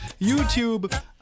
YouTube